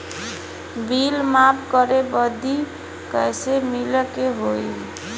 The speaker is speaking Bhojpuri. बिल माफ करे बदी कैसे मिले के होई?